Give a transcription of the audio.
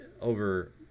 over